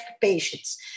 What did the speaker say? patients